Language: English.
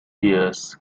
beers